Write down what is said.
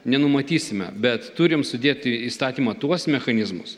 nenumatysime bet turim sudėti į įstatymą tuos mechanizmus